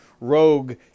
rogue